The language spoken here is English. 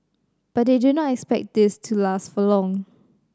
but they do not expect this to last for too long